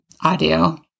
audio